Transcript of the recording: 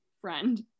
friend